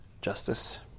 justice